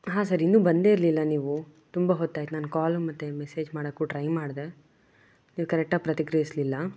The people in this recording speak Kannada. ಹಾಂ ಸರ್ ಇನ್ನೂ ಬಂದೇ ಇರಲಿಲ್ಲ ನೀವು ತುಂಬ ಹೊತ್ತಾಯಿತು ನಾನು ಕಾಲ್ ಮತ್ತು ಮೆಸೇಜ್ ಮಾಡೋಕ್ಕೂ ಟ್ರೈ ಮಾಡಿದೆ ನೀವು ಕರೆಕ್ಟಾಗಿ ಪ್ರತಿಕ್ರಿಯಿಸ್ಲಿಲ್ಲ